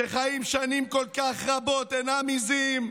שחיים שנים כל כך רבות, אינם עיזים,